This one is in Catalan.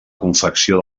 confecció